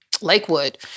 Lakewood